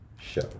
show